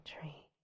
tree